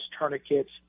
tourniquets